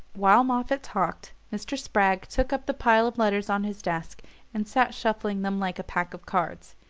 while moffatt talked mr. spragg took up the pile of letters on his desk and sat shuffling them like a pack of cards.